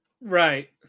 Right